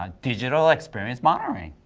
um digital experience monitoring.